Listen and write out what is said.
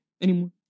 anymore